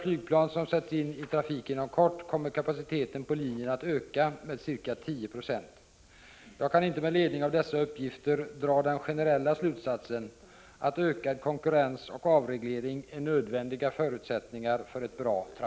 Är kommunikationsministern beredd att ta sådana initiativ att ökad konkurrens och avreglering kan uppnås inom inrikesflyget, allt i syfte att nå bättre service för resenärerna?